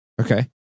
Okay